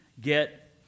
get